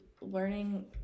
learning